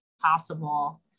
possible